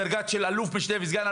בדרגה של אל"מ וסא"ל,